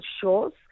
shores